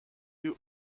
you